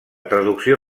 traducció